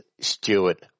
Stewart